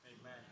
Amen